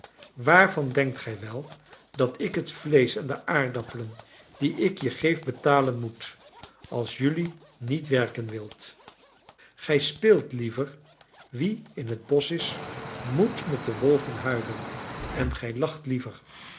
waarvan denkt gij wel dat ik het vleesch en de aardappelen die ik je geef betalen moet als jelui niet werken wilt gij speelt liever wie in het bosch is moet met de wolven huilen en gij lacht liever